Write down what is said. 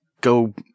go